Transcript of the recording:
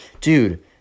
dude